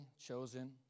chosen